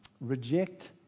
Reject